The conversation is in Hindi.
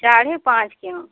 साढ़े पाँच क्यों